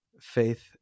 faith